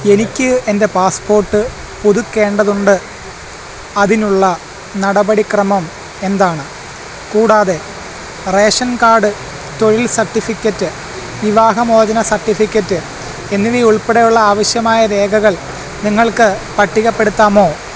എനിക്ക് എൻ്റെ പാസ്പോർട്ട് പുതുക്കേണ്ടതുണ്ട് അതിനുള്ള നടപടിക്രമം എന്താണ് കൂടാതെ റേഷൻ കാർഡ് തൊഴിൽ സട്ടിഫിക്കറ്റ് വിവാഹമോചന സട്ടിഫിക്കറ്റ് എന്നിവയുൾപ്പെടെയുള്ള ആവശ്യമായ രേഖകൾ നിങ്ങൾക്ക് പട്ടികപ്പെടുത്തമോ